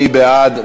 מי בעד?